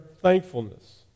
thankfulness